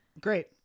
Great